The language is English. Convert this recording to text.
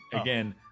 again